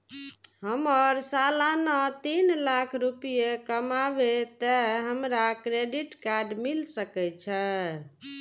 हमर सालाना तीन लाख रुपए कमाबे ते हमरा क्रेडिट कार्ड मिल सके छे?